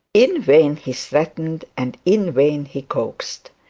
in vain he threatened and in vain he coaxed.